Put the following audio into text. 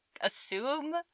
assume